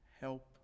help